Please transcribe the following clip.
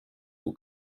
will